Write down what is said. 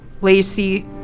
Lacey